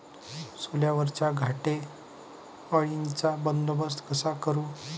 सोल्यावरच्या घाटे अळीचा बंदोबस्त कसा करू?